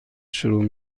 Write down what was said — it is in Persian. شروع